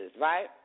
right